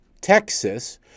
Texas